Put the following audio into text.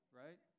right